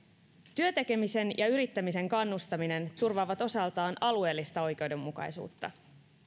työn tekemisen ja yrittämisen kannustaminen turvaavat osaltaan alueellista oikeudenmukaisuutta